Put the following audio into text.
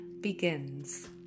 begins